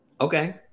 okay